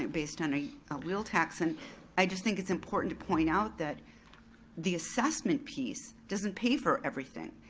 um based on a wheel tax, and i just think it's important to point out that the assessment piece doesn't pay for everything.